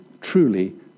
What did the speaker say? truly